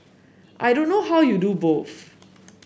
I don't know how you do both